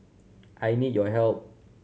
I need your help